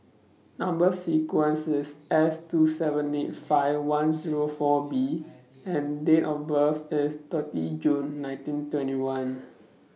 Number sequence IS S two seven eight five one Zero four B and Date of birth IS thirty June nineteen twenty one